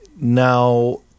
now